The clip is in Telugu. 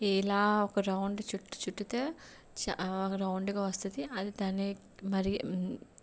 ఇలా ఒక రౌండ్ చుట్ చుట్టితే చాలా రౌండ్గా వస్తుంది అది దాని మరి